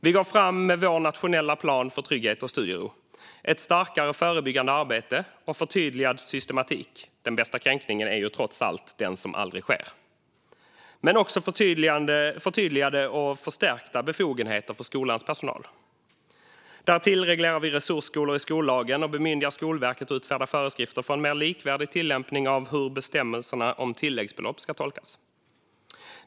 Vi går fram med vår nationella plan för trygghet och studiero, ett starkare förebyggande arbete och förtydligad systematik - den bästa kränkningen är trots allt den som aldrig sker - men också förtydligade och förstärkta befogenheter för skolans personal. Därtill reglerar vi resursskolor i skollagen och bemyndigar Skolverket att utfärda föreskrifter för en mer likvärdig tillämpning av hur bestämmelserna om tilläggsbelopp ska tolkas.